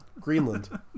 Greenland